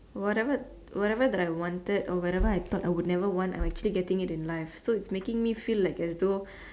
whatever whatever that I wanted or whatever I thought I would never want I am actually getting it in life so it's making me feel like as though